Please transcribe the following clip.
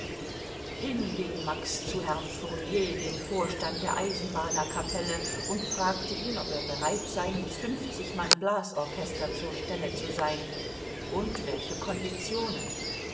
hinging max zu herrn fournier dem vorstand der eisenbahner kapelle und fragte ihn ob er bereit sei mit fünfzig mann blasorchester zur stelle zu sein und welche konditionen